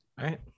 right